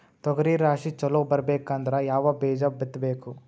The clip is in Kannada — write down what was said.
ತೊಗರಿ ರಾಶಿ ಚಲೋ ಬರಬೇಕಂದ್ರ ಯಾವ ಬೀಜ ಬಿತ್ತಬೇಕು?